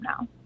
now